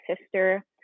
sister